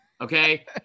okay